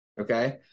Okay